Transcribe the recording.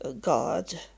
God